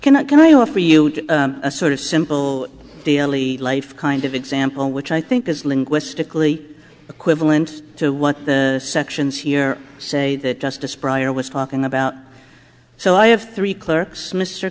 cannot can i offer you a sort of simple daily life kind of example which i think is linguistically equivalent to what the sections here say that justice pryor was talking about so i have three clerks mr